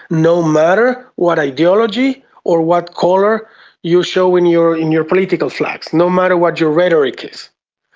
no matter what ideology or what colour you show in your in your political flags, no matter what your rhetoric is.